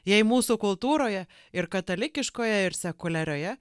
jei mūsų kultūroje ir katalikiškoje ir sekuliarioje